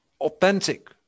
authentic